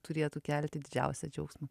turėtų kelti didžiausią džiaugsmą